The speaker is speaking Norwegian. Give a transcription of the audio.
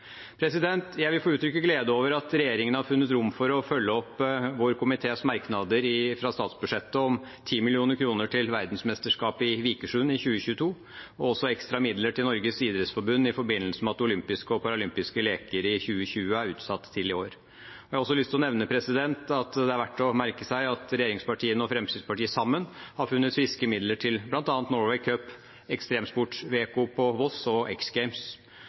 at regjeringen har funnet rom for å følge opp vår komités merknader fra statsbudsjettet om 10 mill. kr til verdensmesterskapet i Vikersund i 2022 og også ekstra midler til Norges idrettsforbund i forbindelse med at olympiske og paralympiske leker i 2020 er utsatt til i år. Jeg har også lyst til å nevne at det er verdt å merke seg at regjeringspartiene og Fremskrittspartiet sammen har funnet friske midler til bl.a. Norway Cup, Ekstremsportveko på Voss og